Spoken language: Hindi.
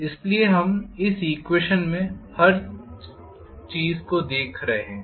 इसलिए हम इस ईक्वेशन में हर एक चीज को देख रहे हैं